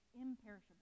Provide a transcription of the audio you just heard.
imperishable